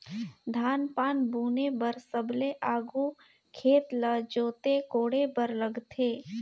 धान पान बुने बर सबले आघु खेत ल जोते कोड़े बर लगथे